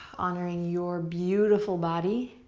honoring your beautiful body.